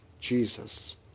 Jesus